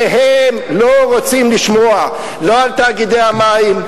והם לא רוצים לשמוע לא על תאגידי המים,